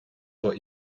what